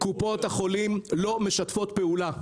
קופות החולים לא משתפות פעולה,